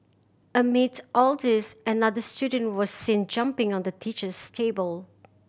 amid all this another student was seen jumping on the teacher's table